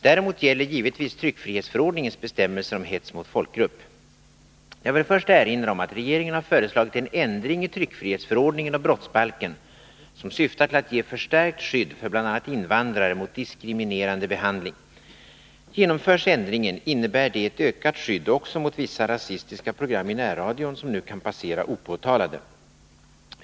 Däremot gäller givetvis tryckfrihetsförordningens bestämmelser om hets mot folkgrupp: Jag vill till att börja med erinra om att regeringen har föreslagit en ändring i tryckfrihetsförordningen och brottsbalken som syftar till att ge förstärkt skydd för bl.a. invandrare mot diskriminerande behandling . Genomförs ändringen innebär det ett ökat skydd också mot vissa rasistiska program i närradion som nu kan passera opåtalade.